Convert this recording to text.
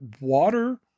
water